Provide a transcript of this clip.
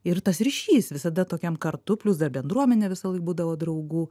ir tas ryšys visada tokiam kartu plius dar bendruomenė visąlaik būdavo draugų